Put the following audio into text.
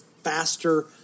faster